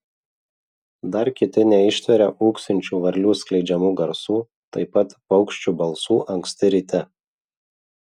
dar kiti neištveria ūksinčių varlių skleidžiamų garsų taip pat paukščių balsų anksti ryte